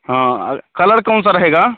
हाँ और कलर कौनसा रहेगा